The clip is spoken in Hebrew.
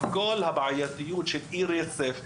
ביחד עם כל הבעייתיות של אי רצף,